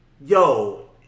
Yo